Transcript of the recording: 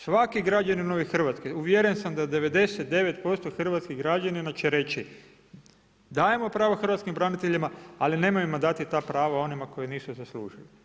Svaki građanin ove Hrvatske uvjeren sam da 99% hrvatskih građanina će reći, dajmo pravo hrvatskim braniteljima ali nemojmo dati ta prava onima koji nisu zaslužili.